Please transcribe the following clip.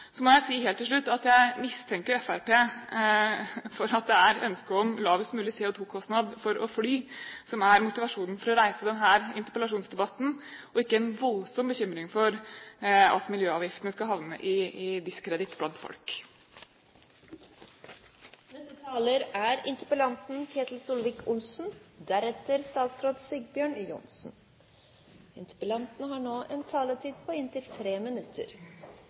Så må jeg si, helt til slutt, at jeg mistenker Fremskrittspartiet for at det er ønsket om lavest mulig CO2-kostnad for å fly som er motivasjonen for å reise denne interpellasjonsdebatten, og ikke en voldsom bekymring for at miljøavgiftene skal havne i diskreditt blant folk. Jeg vil takke de fleste bidragsyterne for en god og konstruktiv debatt. Det viktige her var å få en prinsippdebatt om prising av CO2. Jeg er